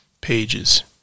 pages